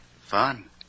Fun